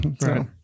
Right